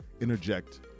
interject